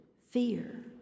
fear